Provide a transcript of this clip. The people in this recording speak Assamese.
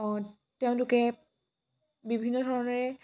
তেওঁলোকে বিভিন্ন ধৰণেৰে